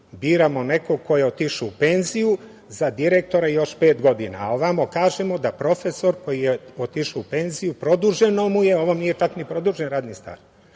Biramo nekog ko je otišao u penziju za direktora još pet godina, a ovamo kažemo da profesor koji je otišao u penziju produženo mu je, a ovome nije čak ni produžen radni staž. Tu